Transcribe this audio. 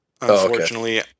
unfortunately